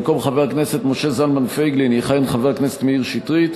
במקום חבר הכנסת משה זלמן פייגלין יכהן חבר הכנסת מאיר שטרית,